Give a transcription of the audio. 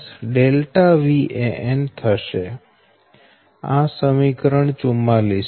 આ સમીકરણ 44 છે